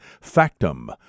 Factum